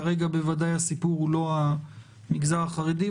כרגע בוודאי הסיפור הוא לא המגזר החרדי,